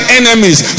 enemies